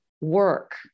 work